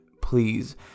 please